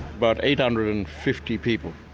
about eight and and fifty people.